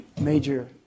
major